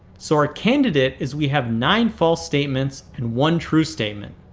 so our candidate is we have nine false statements, and one true statement.